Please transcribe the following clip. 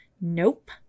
Nope